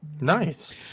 Nice